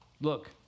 Look